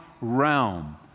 realm